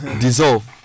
Dissolve